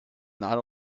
not